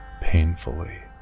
painfully